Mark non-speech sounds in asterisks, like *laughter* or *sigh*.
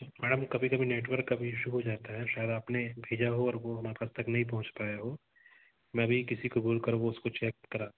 तो मैडम कभी कभी नेटवर्क का भी इशू हो जाता है शायद आपने भेजा हो और वो *unintelligible* तक नहीं पहुँच पाया हो मैं भी किसी को बोल कर वो उसको चेक करा